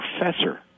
professor